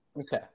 okay